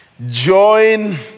join